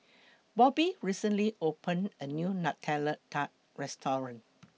Bobbie recently opened A New Nutella Tart Restaurant